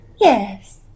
Yes